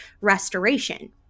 restoration